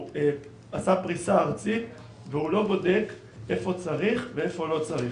הוא עשה פריסה ארצית והוא לא בודק איפה צריך ואיפה לא צריך.